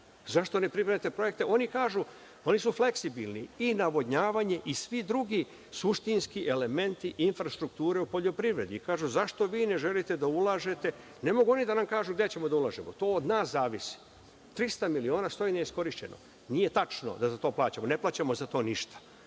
zašto ne pripremate projekte? Oni kažu, ooni su fleksibilni i navodnjavanje i svaki drugi suštinski elementi infrastrukture poljoprivredi, kažu - zašto vi ne želite da ulažete? Ne mogu oni da nam kažu gde ćemo da ulažemo, to od nas zavisi, 300 miliona stoji neiskorišćeno. Nije tačno da za to plaćamo, ne plaćamo za to ništa,